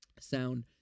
sound